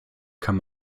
kann